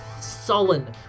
sullen